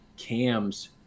cams